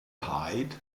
hide